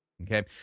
Okay